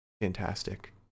fantastic